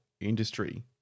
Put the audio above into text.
industry